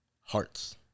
hearts